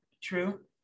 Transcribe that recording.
true